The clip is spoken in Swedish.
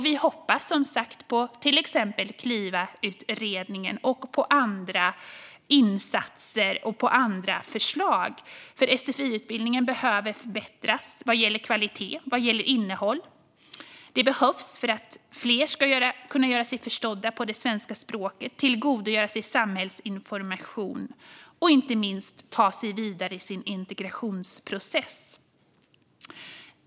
Vi hoppas som sagt på till exempel Klivautredningen och på andra insatser och förslag, för sfi-utbildningen behöver förbättras vad gäller kvalitet och innehåll. Det behövs för att fler ska kunna göra sig förstådda på det svenska språket, tillgodogöra sig samhällsinformation och inte minst ta sig vidare i sin integrationsprocess.